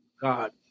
God